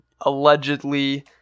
allegedly